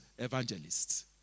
evangelists